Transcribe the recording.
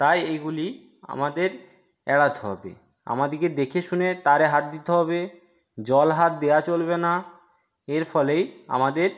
তাই এগুলি আমাদের এড়াতে হবে আমাদেরকে দেখে শুনে তারে হাত দিতে হবে জল হাত দেওয়া চলবে না এর ফলেই আমাদের